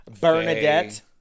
bernadette